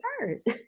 first